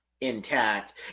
intact